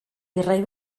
virrei